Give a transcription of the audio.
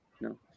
no